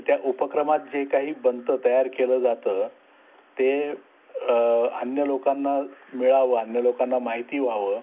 त्या उपक्रमात जे काही बंतं तयार केलं जातं ते अन्य लोकांना मिळावं अन्य लोकांना माहिती व्हावं